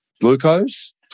glucose